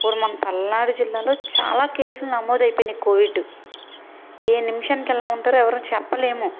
ఇప్పుడు మన పల్నాడు జిల్లాలో చాలా కేసులు నమోదయిపోయినాయి కోవిడు ఏ నిమిషంకి ఎలా ఉంటారో ఎవరం చెప్పలేము